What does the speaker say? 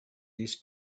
his